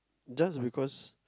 just because